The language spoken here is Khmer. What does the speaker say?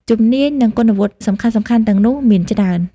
ជំនាញ និងគុណវុឌ្ឍិសំខាន់ៗទាំងនោះមានច្រើន។